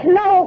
no